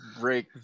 break